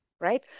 right